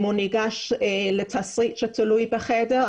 אם הוא ניגש לתסריט שתלוי בחדר,